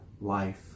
life